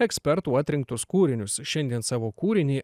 ekspertų atrinktus kūrinius šiandien savo kūrinį